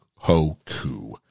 Hoku